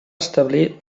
establir